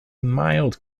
mild